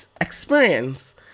experience